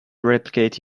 replicate